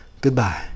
goodbye